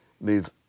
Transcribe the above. move